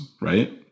right